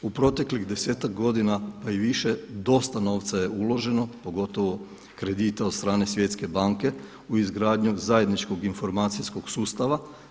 U proteklih 10-ak godina pa i više dosta novca je uloženo, pogotovo kredita od strane Svjetske banke u izgradnju zajedničkog informacijskog sustava.